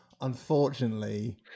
Unfortunately